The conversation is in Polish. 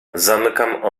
zamykam